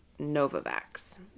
Novavax